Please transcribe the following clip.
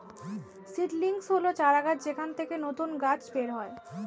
seedlings হল চারাগাছ যেখান থেকে নতুন গাছ বের হয়